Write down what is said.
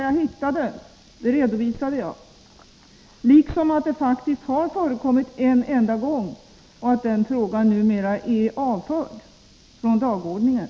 Jag har redovisat vad jag hittat — det har förekommit en enda gång, och frågan är numera avförd från dagordningen.